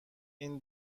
این